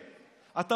זאת חוצפה, זה שקר.